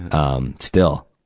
um, still.